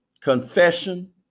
confession